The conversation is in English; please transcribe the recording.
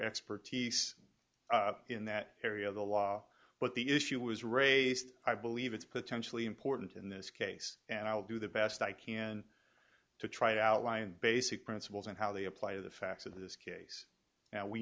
expertise in that area of the law but the issue was raised i believe it's potentially important in this case and i'll do the best i can to try to outline basic principles and how they apply the facts of this case now we